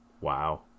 Wow